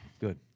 Good